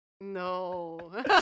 No